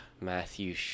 Matthew